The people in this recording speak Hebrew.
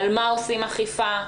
על מה עושים אכיפה?